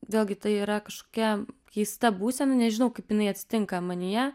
vėlgi tai yra kažkokia keista būsena nežinau kaip jinai atsitinka manyje